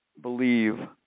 believe